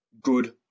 good